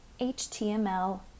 HTML